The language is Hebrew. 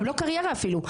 לא קריירה אפילו,